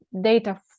data